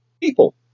people